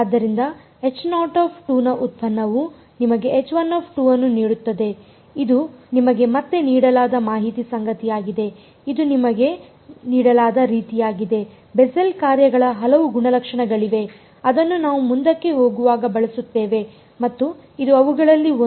ಆದ್ದರಿಂದ ನ ಉತ್ಪನ್ನವು ನಿಮಗೆ ಅನ್ನು ನೀಡುತ್ತದೆ ಇದು ನಿಮಗೆ ಮತ್ತೆ ನೀಡಲಾದ ಮಾಹಿತಿ ಸಂಗತಿಯಾಗಿದೆ ಇದು ನಿಮಗೆ ನೀಡಲಾದ ರೀತಿಯಾಗಿದೆ ಬೆಸೆಲ್ ಕಾರ್ಯಗಳ ಹಲವು ಗುಣಲಕ್ಷಣಗಳಿವೆ ಅದನ್ನು ನಾವು ಮುಂದಕ್ಕೆ ಹೋಗುವಾಗ ಬಳಸುತ್ತೇವೆ ಮತ್ತು ಇದು ಅವುಗಳಲ್ಲಿ ಒಂದು